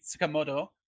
Tsukamoto